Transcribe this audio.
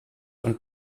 und